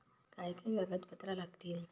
काय काय कागदपत्रा लागतील?